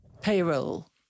payroll